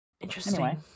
Interesting